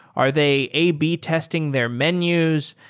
are they a b testing their menus?